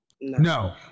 No